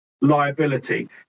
liability